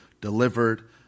delivered